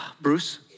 Bruce